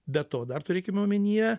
be to dar turėkim omenyje